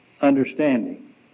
understanding